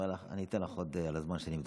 אני אתן לך עוד את הזמן שאני מדבר.